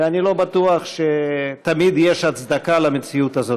ואני לא בטוח שתמיד יש הצדקה למציאות הזאת.